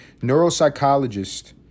Neuropsychologist